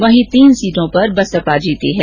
वहीं तीन सीटों पर बसपा जीती है